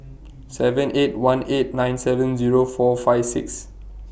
seven eight one eight nine seven Zero four five six